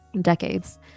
decades